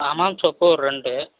Hamam soap ஒரு ரெண்டு